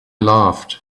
laughed